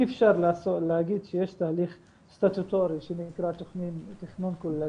אי אפשר להגיד שיש תהליך סטטוטורי שנקרא תכנון כוללני,